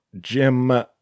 Jim